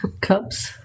cubs